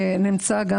שנמצא גם